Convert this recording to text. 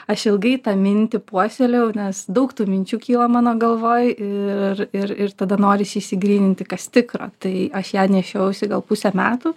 aš ilgai tą mintį puoselėjau nes daug tų minčių kyla mano galvoje ir ir ir tada norisi išsigryninti kas tikra tai aš ją nešiojausi gal pusę metų